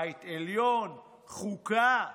בית עליון, חוקה.